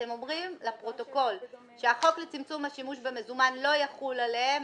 אתם אומרים לפרוטוקול שהחוק לצמצום השימוש במזומן לא יחול עליהם,